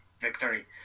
Victory